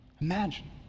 Imagine